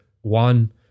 one